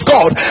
God